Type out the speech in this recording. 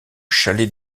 chalet